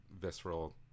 visceral